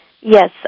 Yes